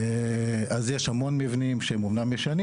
ויש עוד המון מבנים שהם אומנם ישנים